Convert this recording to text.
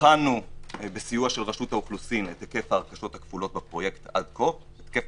בחנו בסיוע של רשות האוכלוסין את היקף ניסיונות ההרכשה הכפולה עד כה,